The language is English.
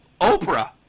Oprah